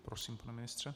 Prosím, pane ministře.